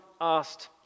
asked